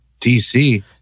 DC